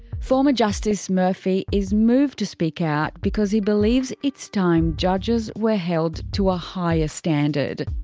former justice murphy is moved to speak out because he believes it's time judges were held to a higher standard.